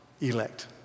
elect